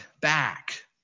back